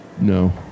no